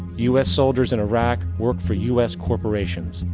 us soldiers in iraq work for us corporations,